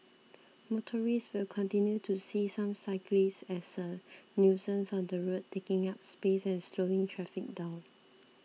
motorists will continue to see some cyclists as a nuisance on the road taking up space and slowing traffic down